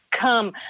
come